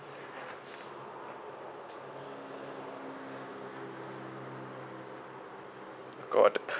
god